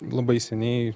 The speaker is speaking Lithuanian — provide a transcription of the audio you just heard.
labai seniai